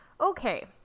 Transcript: okay